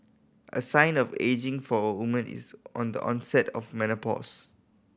a sign of ageing for a woman is on the onset of menopause